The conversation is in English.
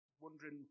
wondering